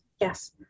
yes